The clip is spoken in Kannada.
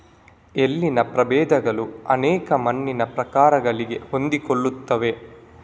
ಎಳ್ಳಿನ ಪ್ರಭೇದಗಳು ಅನೇಕ ಮಣ್ಣಿನ ಪ್ರಕಾರಗಳಿಗೆ ಹೊಂದಿಕೊಳ್ಳುತ್ತವೆ